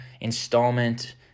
installment